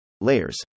layers